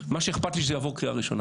מה שאכפת לי זה שזה יעבור קריאה ראשונה,